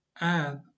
add